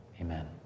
Amen